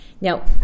Now